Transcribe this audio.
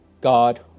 God